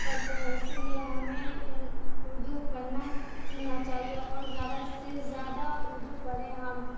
پڑھتے ہیں اسی لیے ہمیں ان اردو پڑھنا سیکھنا چاہیے اور زیادہ سے زیادہ اردو پڑھے ہم